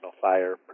Fire